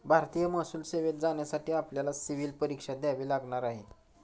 भारतीय महसूल सेवेत जाण्यासाठी आपल्याला सिव्हील परीक्षा द्यावी लागणार आहे